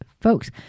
folks